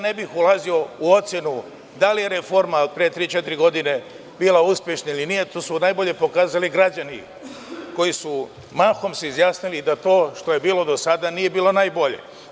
Ne bih ulazio u ocenu da li je reforma od pre tri-četiri godine bila uspešna ili nije, to su najbolje pokazali građani koji su se mahom izjasnili da to što je bilo do sada nije bilo najbolje.